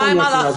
ומה עם ההלכה,